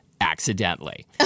accidentally